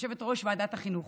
יושבת-ראש ועדת החינוך,